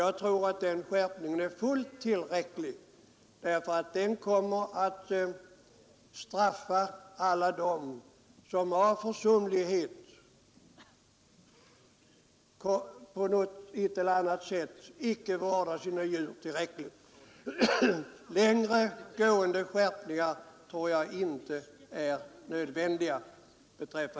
Jag tror att den skärpningen blir fullt tillräcklig, eftersom den innebär att försumlighet i ett eller annat avseende vid vården av djur medför straff. Längre gående skärpningar av djurskyddslagen tror jag inte är nödvändiga.